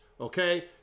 Okay